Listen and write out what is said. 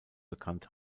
bekannt